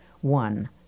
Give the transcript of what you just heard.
One